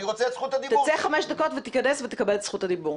תצא חמש דקות ותיכנס ותקבל את זכות הדיבור.